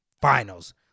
finals